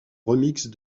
remixes